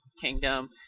kingdom